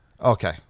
Okay